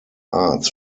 arts